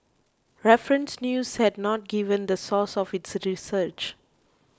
Reference News has not given the source of its research